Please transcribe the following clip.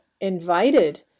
invited